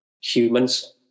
humans